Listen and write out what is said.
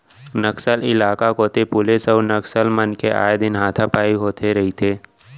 नक्सल इलाका कोती पुलिस अउ नक्सल मन के आए दिन हाथापाई होथे रहिथे